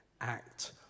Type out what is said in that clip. act